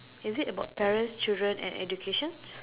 is it about parents children and education